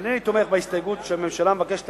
אינני תומך בהסתייגות שלפיה הממשלה מבקשת